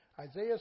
Isaiah